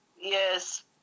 Yes